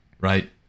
right